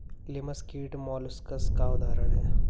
लिमस कीट मौलुसकास का उदाहरण है